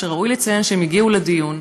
שראוי לציין שהם הגיעו לדיון,